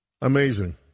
Amazing